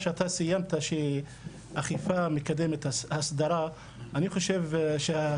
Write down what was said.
מי שעסק בנושא הזה וניסה לקדם אותו בממשלה הקודמת ובכלל,